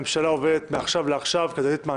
הממשלה הגישה הבוקר, חייבים לציין שלוש בקשות.